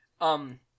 Um-